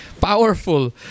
powerful